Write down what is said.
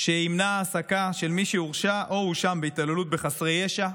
שימנע העסקה של מי שהורשע או הואשם בהתעללות בחסרי ישע,